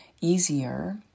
easier